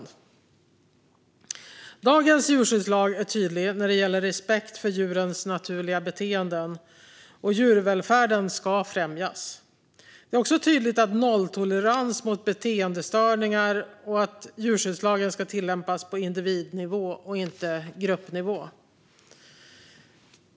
Dagens djurskyddslag är tydlig när det gäller respekt för djurens naturliga beteenden, och djurvälfärden ska främjas. Det är också tydligt att det råder nolltolerans mot beteendestörningar och att djurskyddslagen ska tillämpas på individnivå och inte på gruppnivå.